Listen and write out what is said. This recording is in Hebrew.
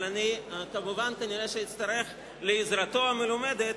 אבל כמובן אצטרך לעזרתו המלומדת,